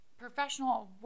Professional